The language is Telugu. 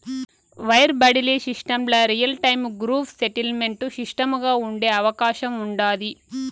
వైర్ బడిలీ సిస్టమ్ల రియల్టైము గ్రూప్ సెటిల్మెంటు సిస్టముగా ఉండే అవకాశం ఉండాది